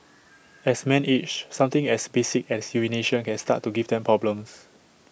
as men age something as basic as urination can start to give them problems